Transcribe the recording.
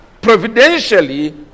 providentially